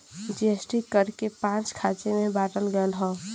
GST कर के पाँच खाँचे मे बाँटल गएल हौ